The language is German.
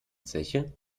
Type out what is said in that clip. zeche